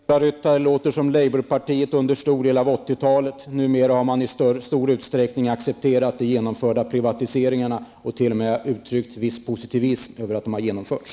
Herr talman! Bengt-Ola Ryttar låter som labourpartiet under en stor del av 1980-talet. Numera har man i stor utsträckning accepterat de genomförda privatiseringarna och t.o.m. uttryckt en viss positivism inför att de genomförts.